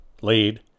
lead